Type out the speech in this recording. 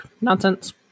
nonsense